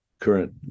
current